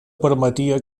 permetia